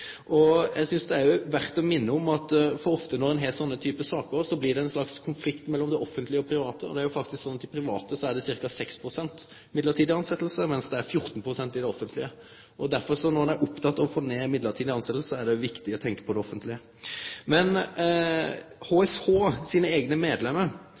Eg synes det òg er verdt å minne om – for ofte når ein har slike typar saker, blir det ein slags konflikt mellom det offentlege og det private – at i det private er det ca. 6 pst. midlertidig tilsette, mens det er 14 pst. i det offentlege. Når ein er oppteken av å få ned midlertidige tilsetjingar, er det viktig å tenkje på det offentlege.